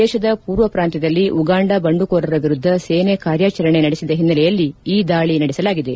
ದೇಶದ ಪೂರ್ವಪ್ರಾಂತ್ಯದಲ್ಲಿ ಉಗಾಂಡ ಬಂಡುಕೋರರ ವಿರುದ್ದ ಸೇನೆ ಕಾರ್ಯಾಚರಣೆ ನಡೆಸಿದ ಹಿನ್ನೆಲೆಯಲ್ಲಿ ಈ ದಾಳಿ ನಡೆಸಲಾಗಿದೆ